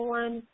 one